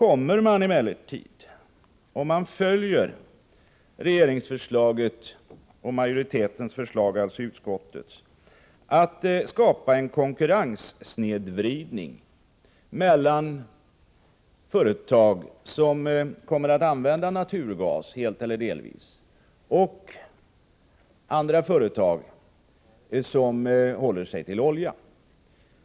Om riksdagen följer regeringens och utskottsmajoritetens förslag kommer en konkurrenssnedvridning att skapas mellan företag som kommer att använda naturgas helt eller delvis och andra företag som håller sig till olja eller kol.